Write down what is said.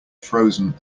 frozen